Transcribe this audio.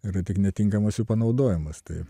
yra tik netinkamas jų panaudojimas tai